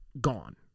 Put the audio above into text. gone